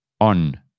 on